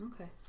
Okay